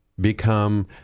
become